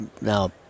now